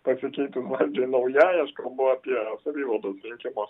pasikeitus valdžiai naujai aš kalbu apie savivaldos rinkimus